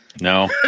no